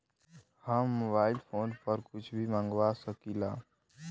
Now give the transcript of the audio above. हम mobile phone पर कुछ भी मंगवा सकिला?